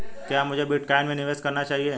क्या मुझे बिटकॉइन में निवेश करना चाहिए?